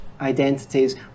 identities